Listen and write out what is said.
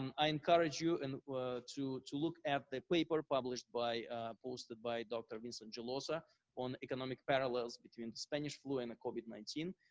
um i encourage you and to to look at the paper published by posted by dr. vincent geloso on economic parallels between the spanish flu and the covid nineteen.